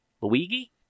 Luigi